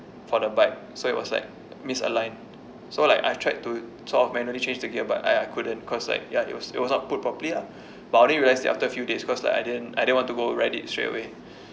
for the bike so it was like misaligned so like I've tried to sort of manually change the gear but I I couldn't because like ya it was it was not put properly lah but I only realised it after few days because like I didn't I didn't want to go ride it straight away